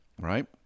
right